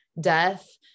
death